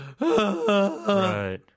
Right